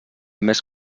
més